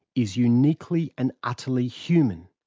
is uniquely and utterly human.